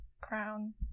crown